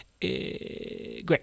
Great